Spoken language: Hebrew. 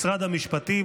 משרד המשפטים,